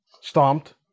Stomped